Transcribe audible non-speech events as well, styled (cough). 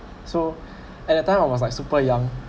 so (breath) at that time I was like super young